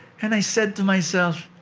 and i said to myself,